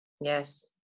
Yes